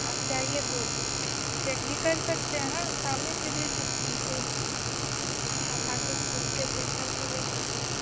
आप चाहिए तो चेक भी कर सकते हैं हाँ सामने से ले सकते हैं दूध आप आकर खुद से चेक करके ले सकते हैं